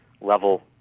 level